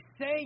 say